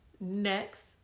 Next